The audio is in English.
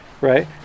right